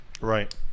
right